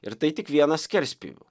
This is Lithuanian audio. ir tai tik vienas skerspjūvių